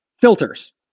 filters